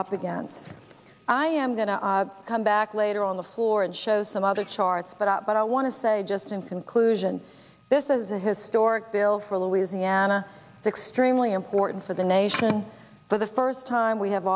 up against i am going to come back later on the floor and show some other charts but but i want to say just in conclusion this is a historic bill for louisiana extremely important for the nation for the first time we have